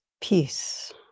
peace